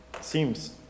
seems